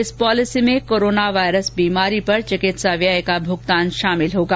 इस पॉलिसी में corona virus बीमारी पर चिकित्सा व्यय का भुगतान शामिल होगा